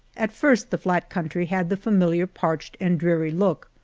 at first the flat country had the familiar parched and dreary look,